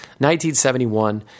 1971